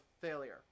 failure